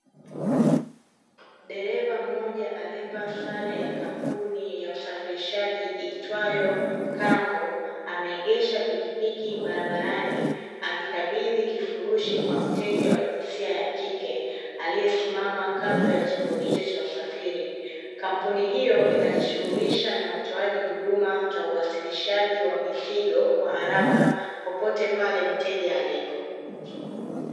Dereva mmoja aliyevaa sare ya kampuni ya usafirishaji iitwayo Cango, ameegesha pikipiki barabarani akikabidhi kifurushi kwa mteja wa jinsia ya kike aliyesimama kando ya chombo hicho cha usafiri. Kampuni hiyo inajishughulisha na utowaji huduma za uwasilishaji wa mizigo kwa haraka, popote pale mteja alipo.